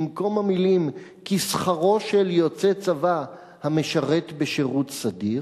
במקום המלים: "כשכרו של יוצא צבא המשרת בשירות סדיר",